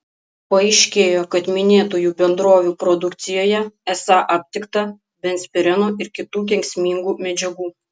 paaiškėjo kad minėtųjų bendrovių produkcijoje esą aptikta benzpireno ir kitų kenksmingų medžiagų